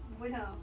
我不会唱 liao